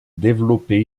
développer